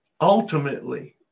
Ultimately